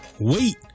wait